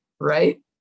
right